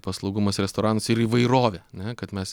paslaugumas restoranuose ir įvairovė ane kad mes